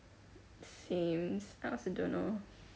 same s~ I also don't know